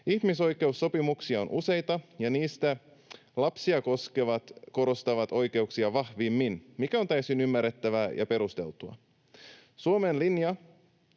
Ihmisoikeussopimuksia on useita, ja niistä lapsia koskevat korostavat oikeuksia vahvimmin, mikä on täysin ymmärrettävää ja perusteltua. Suomen linja